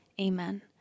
Amen